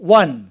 one